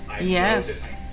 Yes